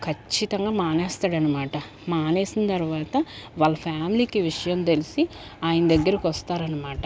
ఖచ్చితంగా మానేస్తాడనమాట మానేసిన తర్వాత వాళ్ళ ఫ్యామిలీకి విషయం తెలిసి ఆయన దగ్గరికి వస్తారనమాట